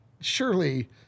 surely